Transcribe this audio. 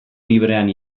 librean